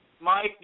Mike